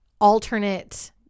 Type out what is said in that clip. alternate